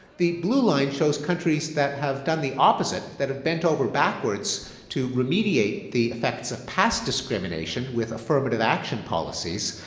the blue line shows countries that have done the opposite, that have bent over backwards to remediate the effects of past discrimination with affirmative action policies.